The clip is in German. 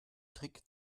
trick